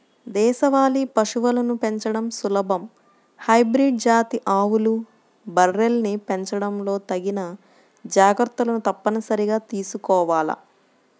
దేశవాళీ పశువులను పెంచడం సులభం, హైబ్రిడ్ జాతి ఆవులు, బర్రెల్ని పెంచడంలో తగిన జాగర్తలు తప్పనిసరిగా తీసుకోవాల